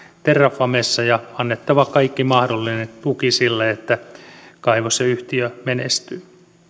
terrafamessa ja annettava kaikki mahdollinen tuki sille että kaivosyhtiö menestyy